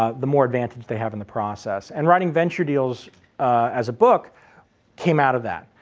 ah the more advantage they have in the process. and writing venture deals as a book came out of that.